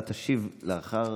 אתה תשיב לאחר